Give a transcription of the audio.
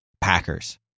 packers